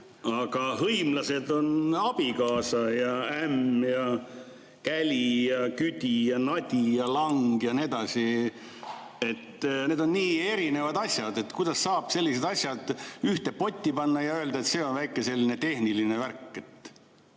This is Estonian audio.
Aga hõimlased on abikaasa ja ämm ja käli ja küdi ja nadi ja lang ja nii edasi. Need on nii erinevad asjad. Kuidas saab sellised asjad ühte potti panna ja öelda, et see on selline väike tehniline värk?